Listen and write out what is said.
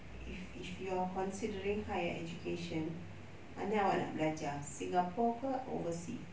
if if you are considering higher education mana awak nak belajar singapore ke overseas